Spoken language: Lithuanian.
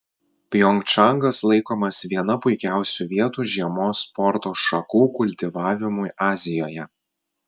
pjongčangas laikomas viena puikiausių vietų žiemos sporto šakų kultivavimui azijoje